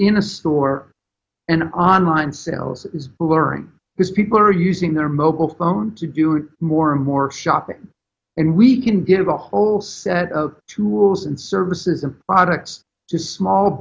in a store and an online sales is learnt because people are using their mobile phone to do it more and more shopping and we can get a whole set of tools and services and products to small